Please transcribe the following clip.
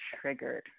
triggered